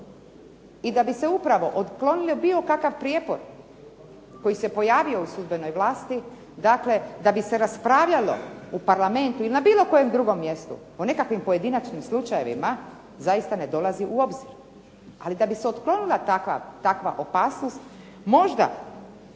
I da bi se upravo otklonio bilo kakav prijepor koji se pojavio u sudbenoj vlasti, dakle da bi se raspravljalo u parlamentu ili na bilo kojem drugom mjestu o nekakvim pojedinačnim slučajevima zaista ne dolazi u obzir, ali kada bi se otklonila takva opasnost, možda